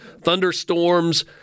thunderstorms